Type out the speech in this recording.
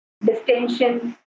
distension